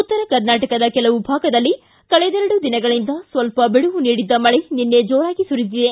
ಉತ್ತರ ಕರ್ನಾಟಕದ ಕೆಲವು ಭಾಗದಲ್ಲಿ ಕಳೆದೆರಡು ದಿನಗಳಿಂದ ಸ್ವಲ್ಪ ಬಿಡುವು ನೀಡಿದ್ದ ಮಳೆ ನಿನ್ನೆ ಜೋರಾಗಿ ಸುರಿದಿದೆ